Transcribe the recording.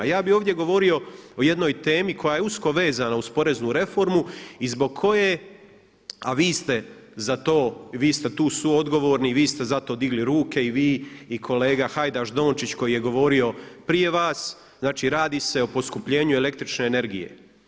Ja bih ovdje govorio o jednoj temi koja je usko vezana uz poreznu reformu i zbog kojeg, a vi ste za to, vi ste tu suodgovorni, vi ste za to digli ruke i vi i kolega Hajdaš Dončić koji je govorio prije vas, znači radi se o poskupljenju električne energije.